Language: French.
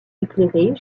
éclairés